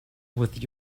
with